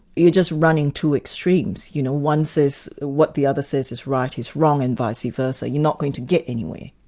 you're just running to extremes. you know, one says what the other says is right is wrong and vice versa you're not going to get anywhere.